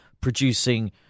producing